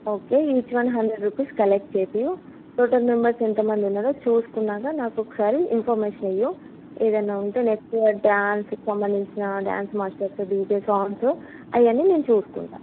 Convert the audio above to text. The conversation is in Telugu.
okay each one hundred rupees collect చేపించు టోటల్ మెంబర్స్ ఎంత మంది ఉన్నారో చూసుకున్నాక నాకొకసారి ఇన్ఫర్మేషన్ ఇవ్వు ఏదైనా ఉంటే నెక్స్ట్ ఇయర్ డ్యాన్స్కి సంబందించినా డ్యాన్స్ మాస్టర్స్ డీజే సాంగ్స్ ఆయన్ని నేను చూసుకుంటాను